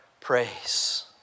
praise